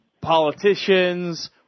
politicians